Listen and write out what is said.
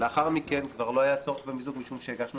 לאחר מכן כבר לא היה צורך במיזוג משום שהגשנו